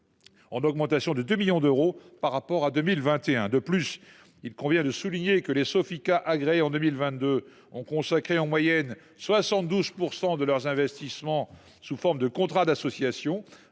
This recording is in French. en augmentation de 2 millions d’euros par rapport à 2021. De plus, les Sofica agréées en 2022 ont consacré en moyenne 72 % de leurs investissements sous forme de contrats d’association